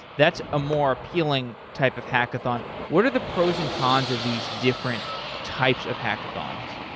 that's a more appealing type of hackathon. what are the pros and cons of these different types of hackathons?